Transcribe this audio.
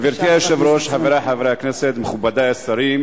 בבקשה, חבר הכנסת ציון